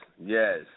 Yes